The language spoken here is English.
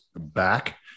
back